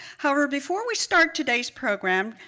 however, before we start today's program,